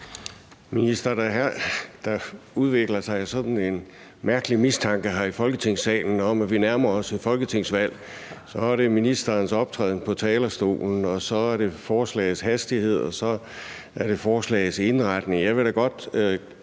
Minister, der udvikler sig sådan en mærkelig mistanke her i Folketingssalen om, at vi nærmer os et folketingsvalg. Så er det ministerens optræden på talerstolen, så er det forslagets hastighed, og så er det forslagets indretning.